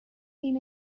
been